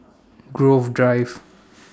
Grove Drive